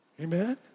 Amen